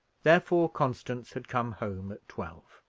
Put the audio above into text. therefore constance had come home at twelve.